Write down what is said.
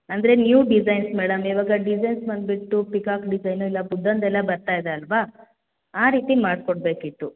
ಅಂದರೆ new designs madam ಇವಾಗ designs ಬಂದುಬಿಟ್ಟು ಪಿಕಾಕ್ ಡಿಸೈನ್ ಇಲ್ಲ ಬುದ್ದಂದು ಎಲ್ಲ ಬರ್ತಾಯಿದೆ ಅಲ್ವ ಆ ರೀತಿ ಮಾಡಿಕೊಡ್ಬೇಕಿತ್ತು